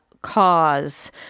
cause